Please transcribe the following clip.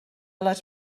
les